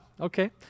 Okay